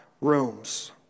rooms